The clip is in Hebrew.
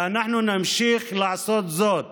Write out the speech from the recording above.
ואנחנו נמשיך לעשות זאת